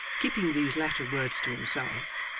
keeping these latter words to himself,